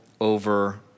over